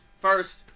First